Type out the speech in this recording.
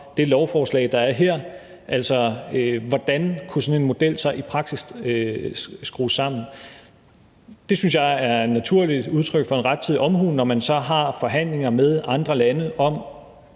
det lovforslag, der er her, altså hvordan sådan en model i praksis kunne skrues sammen. Jeg synes, det er et naturligt udtryk for en rettidig omhu, når man så har forhandlinger med andre lande om,